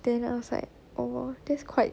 then I was like oh that's quite